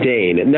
Dane